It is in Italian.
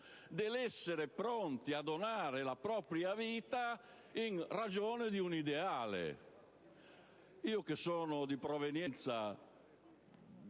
dell'essere pronti a donare la propria vita in ragione di un ideale. Io che sono di provenienza